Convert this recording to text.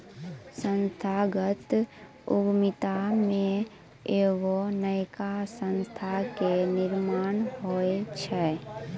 संस्थागत उद्यमिता मे एगो नयका संस्था के निर्माण होय छै